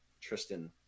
Tristan